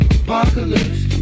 apocalypse